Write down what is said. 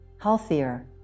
healthier